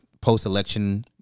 post-election